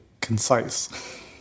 concise